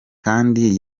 kandi